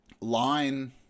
line